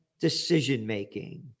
decision-making